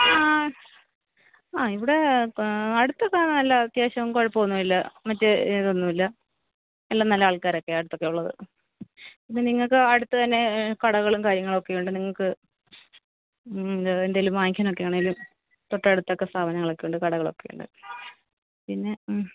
ആ ആ ഇവിടെ അടുത്തൊക്കെ നല്ല അത്യാവശ്യം കുഴപ്പമൊന്നുമില്ല മറ്റേ ഇതൊന്നുമില്ല എല്ലാം നല്ല ആള്ക്കാരൊക്കെയാണ് അടുത്തൊക്കെ ഉള്ളത് ഇപ്പം നിങ്ങൾക്ക് അടുത്ത് തന്നെ കടകളും കാര്യങ്ങളുമൊക്കെ ഉണ്ട് നിങ്ങൾക്ക് എന്തെങ്കിലും വാങ്ങിക്കാനൊക്കെ ആണെങ്കിലും തൊട്ടടുത്തൊക്കെ സ്ഥാപനങ്ങളൊക്കെ ഉണ്ട് കടകളൊക്കെ ഉണ്ട് പിന്നെ